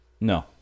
No